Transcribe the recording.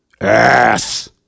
Ass